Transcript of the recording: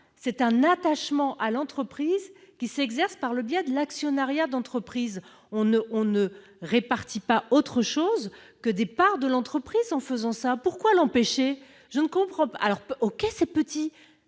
est un attachement à l'entreprise s'exerçant par le biais de l'actionnariat d'entreprise. On ne répartit pas autre chose que des parts de l'entreprise en faisant cela, alors pourquoi l'empêcher ? Je ne comprends pas ! Certes, c'est